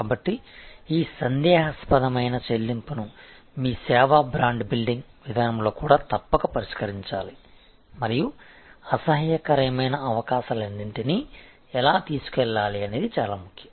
కాబట్టి ఈ సందేహాస్పదమైన చెల్లింపును మీ సేవా బ్రాండ్ బిల్డింగ్ విధానంలో కూడా తప్పక పరిష్కరించాలి మరియు అసహ్యకరమైన అవకాశాలన్నింటినీ ఎలా తీసుకెళ్లాలి అనేది చాలా ముఖ్యం